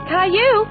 Caillou